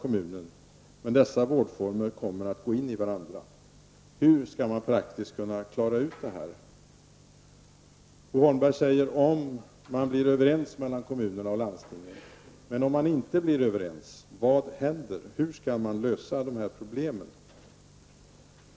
Men dessa båda vårdformer kommer att gå in i varandra. Hur skall man praktiskt lösa det? Bo Holmberg Svarar: Sen om man blir överens mellan kommunerna och landstingen. Men vad händer om man inte blir överens? Hur skall man lösa det problemet?